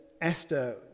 Esther